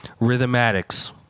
rhythmatics